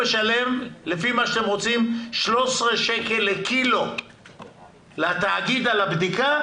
לפי מה שאתם רוצים הוא משלם לקילו לתאגיד על הבדיקה.